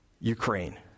Ukraine